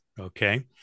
Okay